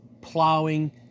plowing